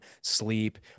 sleep